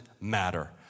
matter